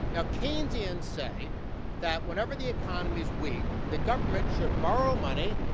now keynesians say that whenever the economy's weak, the government should borrow money,